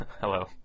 Hello